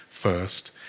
First